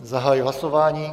Zahajuji hlasování.